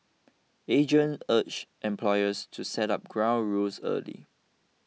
agent urged employers to set up ground rules early